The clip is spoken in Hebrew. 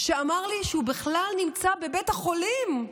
שאמר לי שהוא בכלל נמצא בבית החולים,